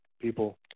people